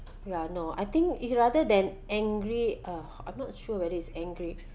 ya no I think is rather than angry ugh I'm not sure whether is angry